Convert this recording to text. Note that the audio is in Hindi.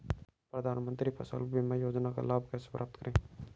प्रधानमंत्री फसल बीमा योजना का लाभ कैसे प्राप्त करें?